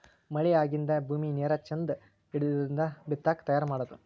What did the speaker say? ಮಳಿ ಆಗಿಂದ ಭೂಮಿ ನೇರ ಚಂದ ಹಿಡದಿಂದ ಬಿತ್ತಾಕ ತಯಾರ ಮಾಡುದು